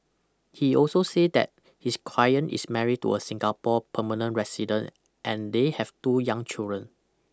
he also said that his client is married to a Singapore permanent resident and they have two young children